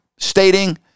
stating